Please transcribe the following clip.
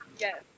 Yes